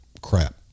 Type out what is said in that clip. crap